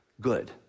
good